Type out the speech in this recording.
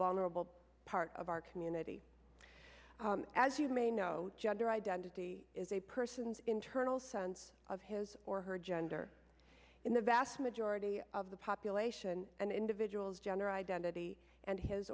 vulnerable part of our community as you may know gender identity is a person's internal sense of his or her gender in the vast majority of the population and individual's gender identity and his